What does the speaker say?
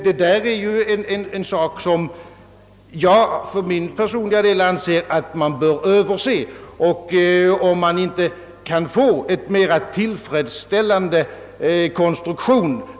Detta är emel lertid en sak som jag för min personliga del anser att man bör överse för att utröna, om det inte går att åstadkomma en mer tillfredsställande konstruktion.